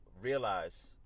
realize